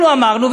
אנחנו אמרנו,